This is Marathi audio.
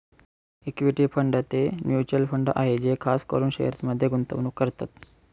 इक्विटी फंड ते म्युचल फंड आहे जे खास करून शेअर्समध्ये गुंतवणूक करतात